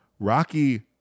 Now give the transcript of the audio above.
Rocky